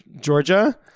Georgia